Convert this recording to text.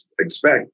expect